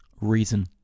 reason